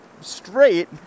straight